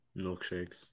milkshakes